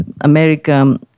America